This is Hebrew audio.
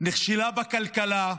נכשלה בכלכלה,